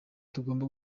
tugomba